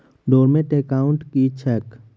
Dormant account की छैक?